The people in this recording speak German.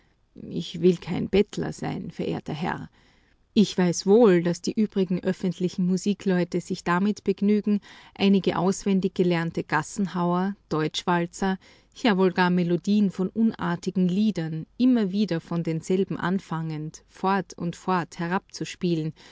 ich will kein bettler sein verehrter herr ich weiß wohl daß die übrigen öffentlichen musikleute sich damit begnügen einige auswendig gelernte gassenhauer deutschwalzer ja wohl gar melodien von unartigen liedern immer wieder von denselben anfangend fort und fort herabzuspielen